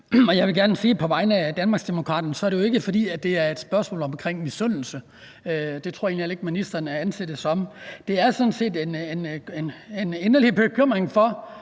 på vegne af Danmarksdemokraterne, at det jo ikke er, fordi det er et spørgsmål om misundelse; det tror jeg egentlig heller ikke at ministeren anser det som. Det er sådan set en inderlig bekymring over,